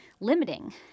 limiting